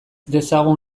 dezagun